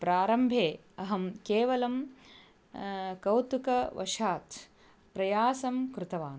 प्रारम्भे अहं केवलं कौतुकवशात् प्रयासं कृतवान्